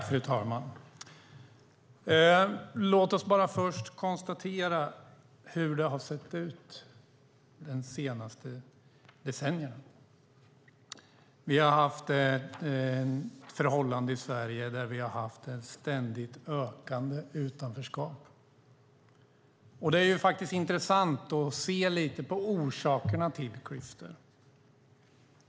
Fru talman! Låt oss först konstatera hur det har sett ut under de senaste decennierna. I Sverige har vi haft förhållandet att det varit ett ständigt ökande utanförskap. Det är intressant att lite grann titta på orsakerna till klyftor.